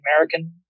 American